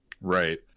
Right